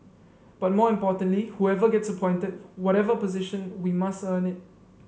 but more importantly whoever gets appointed whatever position we must earn it